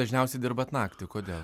dažniausiai dirbat naktį kodėl